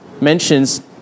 mentions